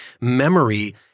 memory